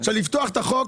לפתוח את החוק,